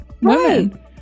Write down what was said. women